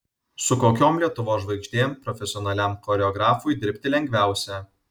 su kokiom lietuvos žvaigždėm profesionaliam choreografui dirbti lengviausia